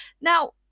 Now